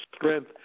strength